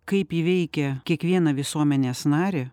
kaip ji veikia kiekvieną visuomenės narį